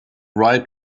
write